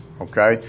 Okay